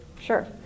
Sure